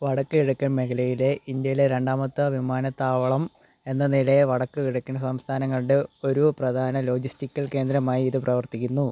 വടക്കുകിഴക്കൻ മേഖലയിലെ ഇന്ത്യയിലെ രണ്ടാമത്തെ വിമാനത്താവളം എന്ന നിലയിൽ വടക്കുകിഴക്കിന് സംസ്ഥാനങ്ങളുടെ ഒരു പ്രധാന ലോജിസ്റ്റിക്കൽ കേന്ദ്രമായി ഇത് പ്രവർത്തിക്കുന്നു